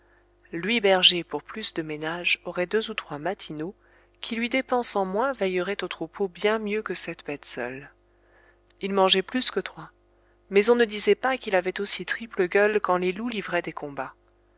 berger pour plus de ménage aurait deux ou trois mâtineaux qui lui dépensant moins veilleraient aux troupeaux bien mieux que cette bête seule il mangeait plus que trois mais on ne disait pas qu'il avait aussi triple gueule quand les loups livraient des combats